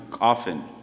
often